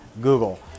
Google